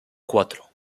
cuatro